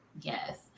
Yes